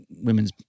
women's